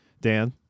Dan